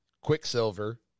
Quicksilver